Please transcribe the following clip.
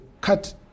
cut